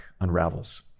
unravels